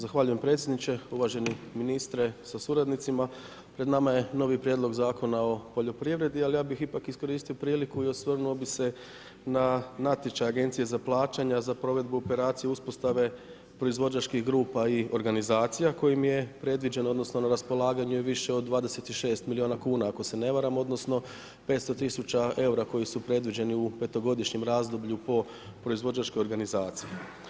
Zahvaljujem predsjedniče, uvaženi ministre sa suradnicima, pred nama je novi prijedlog Zakona o poljoprivredi, ali ja bi ipak iskoristio priliku i osvrnuo bi se na natječaj Agencije za plaćanja, za provedbu, operaciju, uspostave proizvođačkih grupa i organizacija, kojima je predviđen, odnosno, na raspolaganju je bilo više od 26 milijuna kuna, ako se ne varam, odnosno 500 tisuća eura koji su predviđeni u petogodišnjem razdoblju po proizvođačkoj organizaciji.